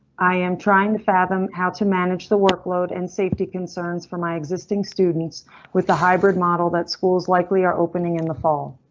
i am trying to fathom how to manage the workload and safety concerns for my existing students with the hybrid model that schools likely are opening in the fall,